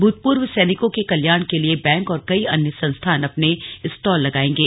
भूतपूर्व सैनिकों के कल्याण के लिए बैंक और कई अन्य संस्थान अपने स्टॉल लगाएंगे